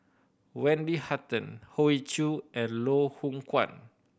Wendy Hutton Hoey Choo and Loh Hoong Kwan